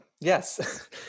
yes